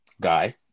guy